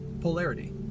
polarity